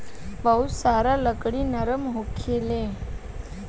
बहुत सारा लकड़ी नरम होखेला